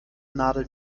nadel